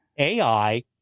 AI